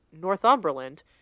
Northumberland